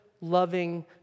loving